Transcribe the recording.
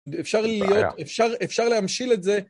אפשר להמשיל את זה.